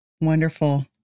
Wonderful